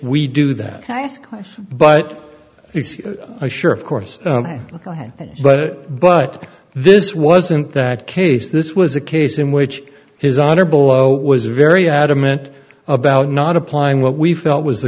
we do that task but it's a sure of course but but this wasn't that case this was a case in which his honor below was very adamant about not applying what we felt was the